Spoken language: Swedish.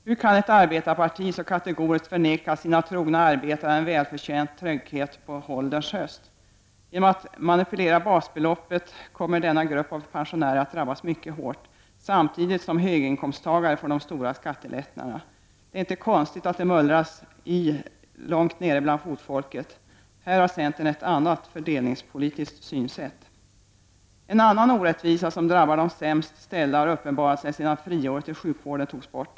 Hur kan ett arbetarparti så kategoriskt förvägra sina trogna arbetare en välförtjänt trygghet på ålderns höst? Genom manipulering med basbeloppet kommer denna grupp av pensionärer att drabbas mycket hårt, samtidigt som höginkomsttagarna får de stora skattelättnaderna. Det är inte konstigt att det mullras långt nere bland fotfolket. I detta sammanhang har centern ett annat fördelningspolitiskt synsätt. En annan orättvisa som drabbar de sämst ställda har uppenbarat sig sedan friåret i sjukvården togs bort.